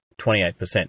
28%